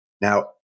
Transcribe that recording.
Now